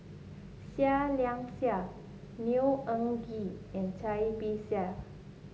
Seah Liang Seah Neo Anngee and Cai Bixia